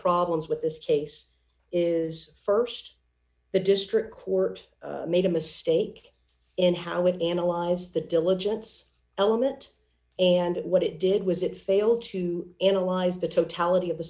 problems with this case is st the district court made a mistake in how it analyzed the diligence element and what it did was it failed to analyze the totality of the